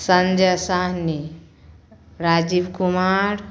Sanjay Sahni Rajiv Kumar